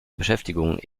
beschäftigung